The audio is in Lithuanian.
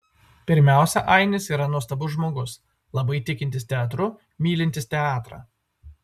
pirmiausia ainis yra nuostabus žmogus labai tikintis teatru mylintis teatrą